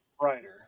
brighter